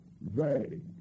vague